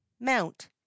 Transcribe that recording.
mount